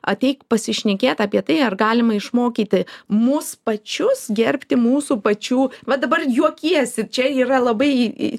ateik pasišnekėt apie tai ar galima išmokyti mus pačius gerbti mūsų pačių va dabar juokiesi čia yra labai